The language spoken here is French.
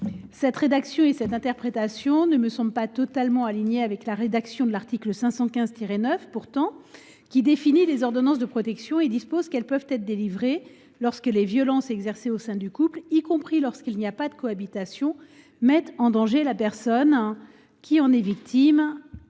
Cette rédaction et cette interprétation ne me semblent pourtant pas totalement alignées avec la rédaction de l’article 515 9, qui définit les ordonnances de protection et dispose qu’elles peuvent être délivrées « lorsque les violences exercées au sein du couple, y compris lorsqu’il n’y a pas de cohabitation […], mettent en danger la personne qui en est victime,